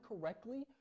correctly